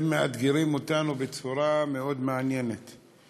הם מאתגרים אותנו בצורה מעניינת מאוד.